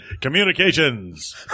Communications